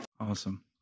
Awesome